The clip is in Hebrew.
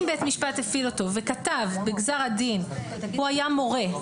אם בית משפט הפעיל אותו וכתב בגזר הדין שהוא היה מורה,